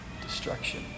destruction